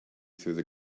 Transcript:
through